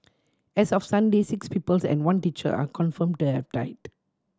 as of Sunday six pupils and one teacher are confirmed to have died